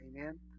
Amen